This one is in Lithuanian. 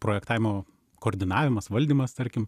projektavimo koordinavimas valdymas tarkim